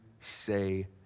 say